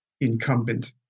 incumbent